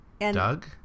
Doug